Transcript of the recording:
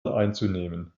einzunehmen